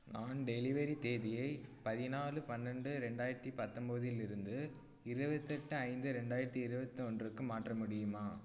நான் டெலிவரி தேதியை பதினாலு பன்னெண்டு ரெண்டாயிரத்தி பத்தொம்போதிலிருந்து இருவத்தெட்டு ஐந்து ரெண்டாயிரத்தி இருபத்தொன்றுக்கு மாற்ற முடியுமா